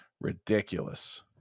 ridiculous